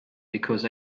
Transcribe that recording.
because